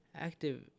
Active